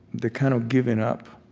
the kind of giving up